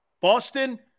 Boston